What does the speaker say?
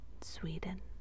Sweden